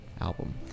album